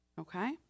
okay